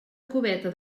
cubeta